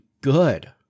good